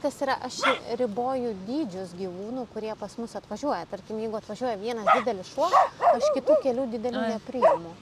kas yra aš riboju dydžius gyvūnų kurie pas mus atvažiuoja tarkim jeigu atvažiuoja vienas didelis šuo aš kitų kelių didelių nepriimu